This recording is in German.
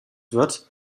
wird